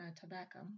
tobacco